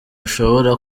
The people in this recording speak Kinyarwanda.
ashobora